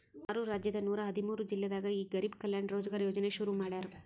ಆರು ರಾಜ್ಯದ ನೂರ ಹದಿಮೂರು ಜಿಲ್ಲೆದಾಗ ಈ ಗರಿಬ್ ಕಲ್ಯಾಣ ರೋಜ್ಗರ್ ಯೋಜನೆ ಶುರು ಮಾಡ್ಯಾರ್